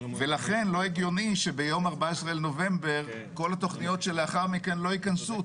לכן לא הגיוני שביום 14 בנובמבר כל התוכניות שלאחר מכן לא יכנסו.